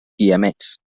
guiamets